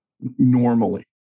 normally